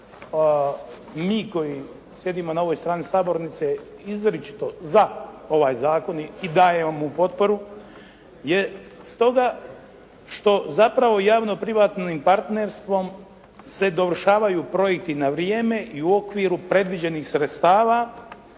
mi koji sjedimo na ovoj strani sabornice izričito za ovaj zakon i dajemo mu potporu je stoga što zapravo javno-privatnim partnerstvom se dovršavaju projekti na vrijeme i u okviru predviđenih sredstava